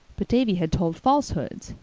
but davy had told falsehoods.